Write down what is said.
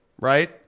right